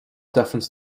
difference